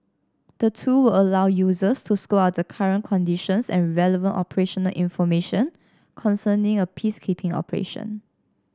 the tool will allow users to scope out the current conditions and relevant operational information concerning a peacekeeping operation